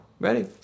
Ready